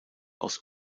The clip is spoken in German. aus